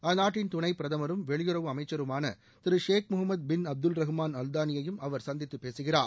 அந்நாட்டின் துணைப் பிரதமரும் வெளியுறவு அமைச்சருமான திரு Sheikh Mohammed bin Abdul Rahman அல்தானியையும் அவர் சந்தித்து பேசுகிறார்